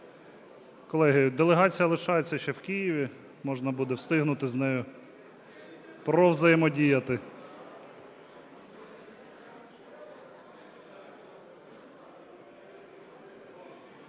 делегація лишається ще в Києві. Можна буде встигнути з нею провзаємодіяти.